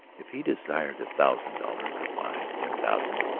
if he desired a thousand dollars or five, ten thousand,